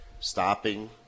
stopping